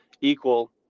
equal